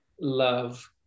love